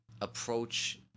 approach